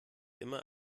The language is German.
immer